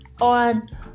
on